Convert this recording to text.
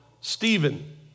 Stephen